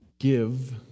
Give